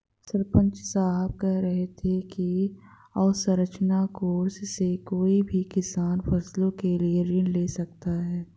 सरपंच साहब कह रहे थे कि अवसंरचना कोर्स से कोई भी किसान फसलों के लिए ऋण ले सकता है